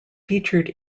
featured